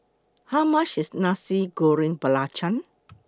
How much IS Nasi Goreng Belacan